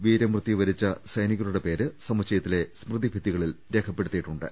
വീരമൃത്യുവരിച്ച സൈനികരുടെ പേര് സമു ച്ചയത്തിലെ സ്മൃതി ഭിത്തിയിൽ രേഖപ്പെടുത്തിയിട്ടുണ്ട്